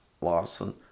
Lawson